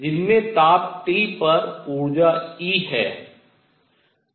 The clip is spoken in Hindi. जिनमें ताप T पर ऊर्जा E है